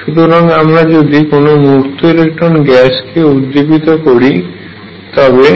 সুতরাং আমরা যদি কোন মুক্ত ইলেকট্রন গ্যাস কে উদ্দীপিত করি তবে